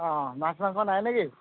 অঁ মাছ মাংস নাই নেকি